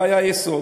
זה היה היסוד.